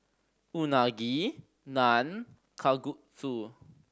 Unagi Naan Kalguksu